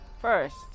first